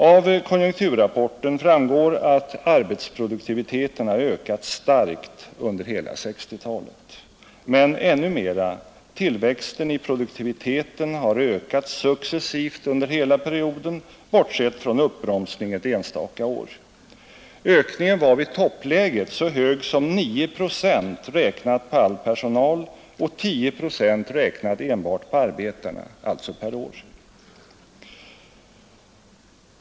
Av konjunkturrapporten framgår att arbetsproduktiviteten ökat starkt under hela 1960-talet. Men ännu mera: tillväxten i produktiviteten har ökat successivt under hela perioden 1960-1968 bortsett från en uppbromsning ett enstaka år. Ökningen var vid toppläget så hög som 9 procent räknat på all personal och 10 procent räknat på enbart arbetarna, alltså per år.